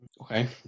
Okay